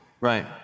Right